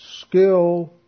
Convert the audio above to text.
skill